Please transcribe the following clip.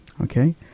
Okay